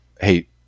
hey